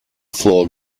floor